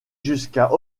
jusqu’à